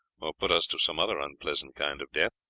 or put us to some other unpleasant kind of death.